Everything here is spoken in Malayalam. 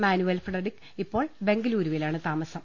മാനുവൽ ഫ്രെഡറിക് ഇപ്പോൾ ബംഗലൂരുവിലാണ് താമസം